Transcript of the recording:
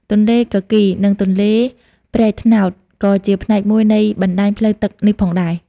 ទន្លេគគីរ និង ទន្លេព្រែកត្នោត ក៏ជាផ្នែកមួយនៃបណ្តាញផ្លូវទឹកនេះផងដែរ។